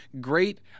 Great